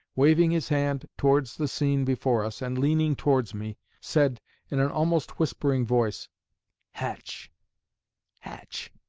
waving his hand towards the scene before us, and leaning towards me, said in an almost whispering voice hatch hatch,